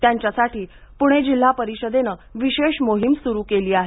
त्यांच्या साठी पुणे जिल्हा परिषदेनं विशेष मोहीम सुरू केली आहे